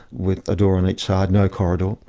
with a door on each side, no corridor.